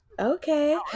Okay